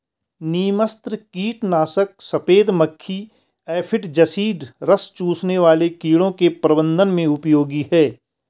नीमास्त्र कीटनाशक सफेद मक्खी एफिड जसीड रस चूसने वाले कीड़ों के प्रबंधन में उपयोगी है